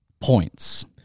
points